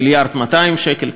מיליארד ו-200 מיליון שקל,